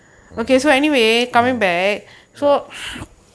mm mm ya